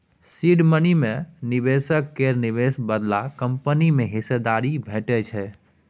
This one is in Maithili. सीड मनी मे निबेशक केर निबेश बदला कंपनी मे हिस्सेदारी भेटै छै